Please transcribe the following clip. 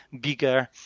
bigger